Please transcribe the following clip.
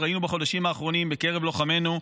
ראינו בחודשים האחרונים בקרב לוחמינו,